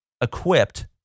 equipped